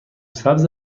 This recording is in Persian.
سبز